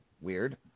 Weird